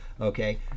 Okay